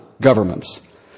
governments